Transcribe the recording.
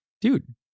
Dude